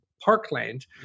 parkland